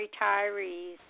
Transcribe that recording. retirees